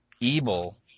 evil